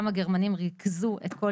באותו היום הגרמנים ריכזו את כל